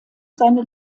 seine